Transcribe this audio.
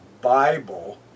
Bible